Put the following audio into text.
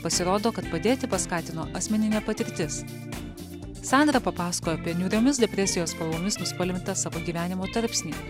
pasirodo kad padėti paskatino asmeninė patirtis sandra papasakojo apie niūriomis depresijos spalvomis nuspalvintą savo gyvenimo tarpsnį